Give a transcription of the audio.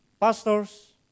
Pastors